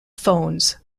phones